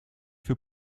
für